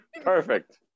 Perfect